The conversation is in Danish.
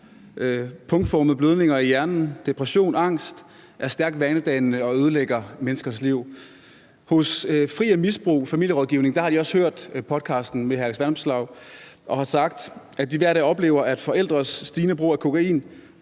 punktformede blødninger i hjernen, depression, angst, er stærkt vanedannende og ødelægger menneskers liv. Hos Fri af Misbrug Familierådgivning har de også hørt podcasten med hr. Alex Vanopslagh og har sagt, at de hver dag oplever, at forældres stigende brug af kokain